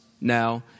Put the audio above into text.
now